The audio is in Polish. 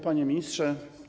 Panie Ministrze!